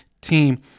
team